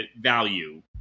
value